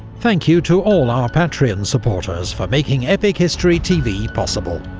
thank you to all our patreon supporters for making epic history tv possible.